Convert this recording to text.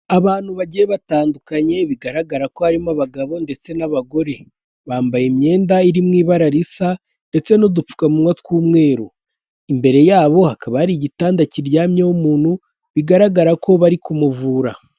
Abantu bagiye batandukanye bigaragara ko harimo abagabo ndetse n'abagore. Bambaye imyenda iri mu ibara risa ndetse n'udupfukamunwa tw'umweru. Imbere yabo hakaba hari igitanda kiryamyeho umuntu, bigaragara ko bari kumuvura.